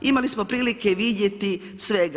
Imali smo prilike vidjeti svega.